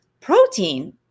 protein